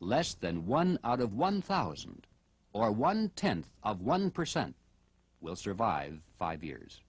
less than one out of one thousand or one tenth of one percent will survive five years